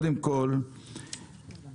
זו זעקה של מתיישבים שלא יכולים להמשיך כך יותר.